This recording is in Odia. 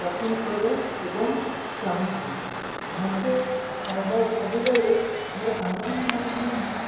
ପସନ୍ଦ କରେ ଏବଂ ଚାହୁଁଛି ମୋତେ ସବୁବେଳେ ମୋର ସାଙ୍ଗ ସାଥିମାନେ କୁହନ୍ତି